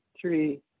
three